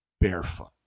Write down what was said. barefoot